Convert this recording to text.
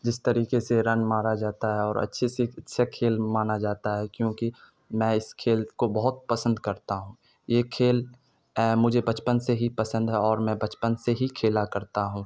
جس طریقے سے رن مارا جاتا ہے اور اچھی سے اچھا کھیل مانا جاتا ہے کیونکہ میں اس کھیل کو بہت پسند کرتا ہوں یہ کھیل مجھے بچپن سے ہی پسند ہے اور میں بچپن سے ہی کھیلا کرتا ہوں